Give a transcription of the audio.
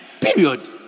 Period